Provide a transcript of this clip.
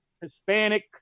Hispanic